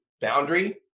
boundary